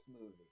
movie